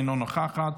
אינה נוכחת,